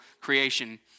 creation